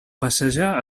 passejar